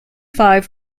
five